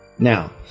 Now